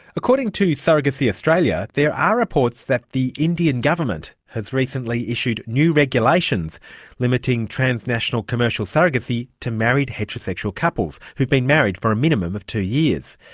according to surrogacy australia, there are reports that the indian government has recently issued new regulations limiting transnational commercial surrogacy to married heterosexual couples who've been married for a minimum of two years.